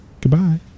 Goodbye